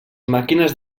màquines